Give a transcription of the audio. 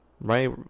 right